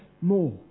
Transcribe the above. more